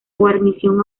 guarnición